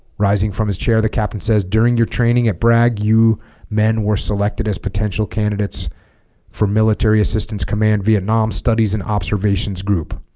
rising from his chair the captain says during your training at bragg you men were selected as potential candidates for military assistance command vietnam studies and observations group